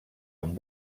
amb